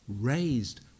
raised